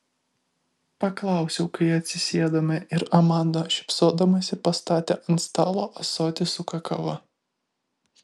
paklausiau kai atsisėdome ir amanda šypsodamasi pastatė ant stalo ąsotį su kakava